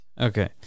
Okay